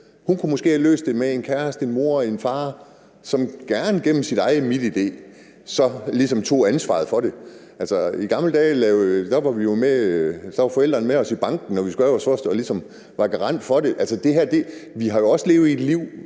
Hun kunne måske have løst det med en kæreste, en mor, en far, som gerne gennem sit eget MitID ligesom tog ansvaret for det. I gamle dage var forældrene med os i banken første gang og ligesom var garant for det. Verden fungerede også,